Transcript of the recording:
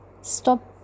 Stop